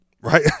right